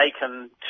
taken